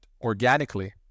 organically